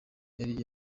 yari